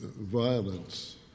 Violence